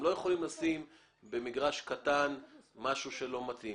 הם לא יכולים לשים במגרש קטן משהו שלא מתאים.